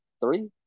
Three